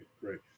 great